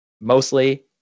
Mostly